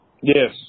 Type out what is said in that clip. Yes